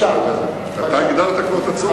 אתה הגדרת כבר את הצורך.